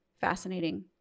fascinating